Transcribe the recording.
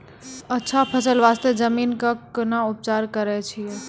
अच्छा फसल बास्ते जमीन कऽ कै ना उपचार करैय छै